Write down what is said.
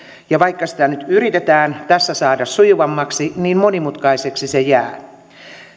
vaikka sitä nyt yritetään tässä saada sujuvammaksi niin monimutkaiseksi se jää